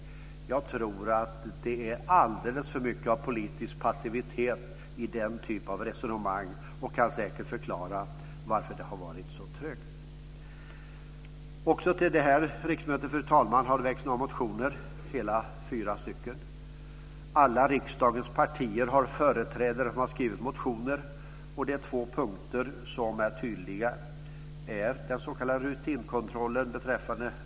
Jag tror att det är alldeles för mycket av politisk passivitet i den typen av resonemang. Det kan säkert förklara varför det har varit så trögt. Också detta riksmöte, fru talman, har det väckts några motioner, hela fyra stycken. Alla riksdagens partier har företrädare som har skrivit motioner, och det är två punkter som är tydliga. Den ena är den s.k.